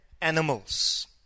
animals